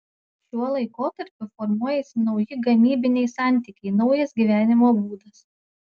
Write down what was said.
šiuo laikotarpiu formuojasi nauji gamybiniai santykiai naujas gyvenimo būdas